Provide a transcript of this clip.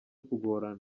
kugorana